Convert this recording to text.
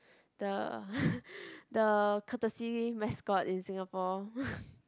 the the courtesy mascot in Singapore